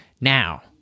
Now